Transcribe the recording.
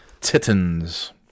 Titans